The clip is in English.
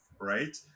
Right